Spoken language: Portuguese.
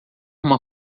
uma